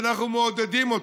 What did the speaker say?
שאנחנו מעודדים אותה,